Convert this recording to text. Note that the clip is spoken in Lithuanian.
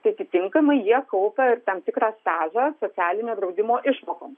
tai atitinkamai jie kaupia tam tikrą stažą socialinio draudimo išmokoms